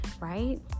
right